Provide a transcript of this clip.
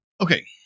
Okay